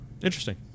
interesting